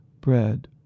bread